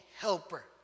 Helper